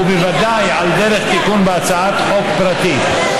ובוודאי על דרך תיקון בהצעת חוק פרטית,